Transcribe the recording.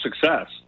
success